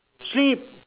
sleep